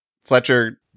Fletcher